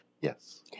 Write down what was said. Yes